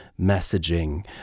messaging